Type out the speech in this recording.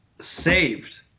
saved